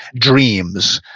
dreams,